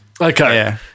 Okay